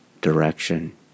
direction